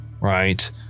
Right